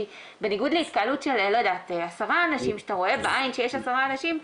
בניגוד להתקהלות של עשרה אנשים שאתה רואה בעין שיש עשרה אנשים,